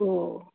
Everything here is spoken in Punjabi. ਓ